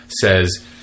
says